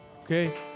okay